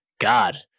God